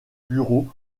bureaux